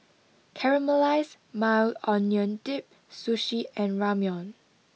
Caramelized Maui Onion Dip Sushi and Ramyeon